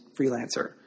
freelancer